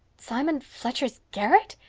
simon fletcher's garret!